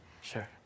Sure